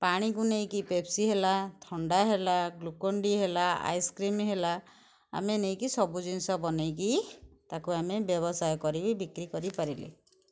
ପାଣିକୁ ନେଇକି ପେପ୍ସି ହେଲା ଥଣ୍ଡା ହେଲା ଗ୍ଲୁକୋଣ୍ଡି ହେଲା ଆଇସକ୍ରିମ୍ ହେଲା ଆମେ ନେଇକି ସବୁ ଜିନିଷ ବନେଇକି ତାକୁ ଆମେ ବ୍ୟବସାୟ କରିକି ବିକ୍ରି କରି ପାରିଲେ